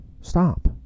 stop